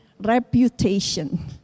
reputation